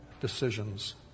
decisions